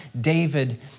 David